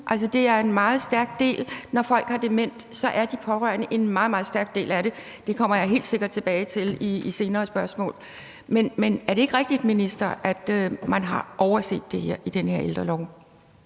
henne? Altså, når folk har demens, er de pårørende en meget, meget stærk del af det. Det kommer jeg helt sikkert tilbage til i et senere spørgsmål. Men er det ikke rigtigt, minister, at man har overset det her i den her ældrelov?